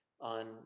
on